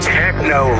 techno